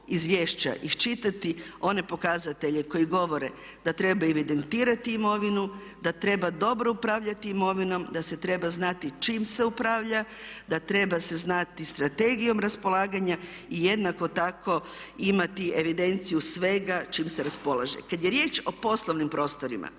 izvješća iščitati one pokazatelje koji govore da treba evidentirati imovinu, da treba dobro upravljati imovinom, da se treba znati čim se upravlja, da treba se znati strategijom raspolaganja i jednako tako imati evidenciju svega čim se raspolaže. Kad je riječ o poslovnim prostorima,